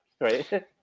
right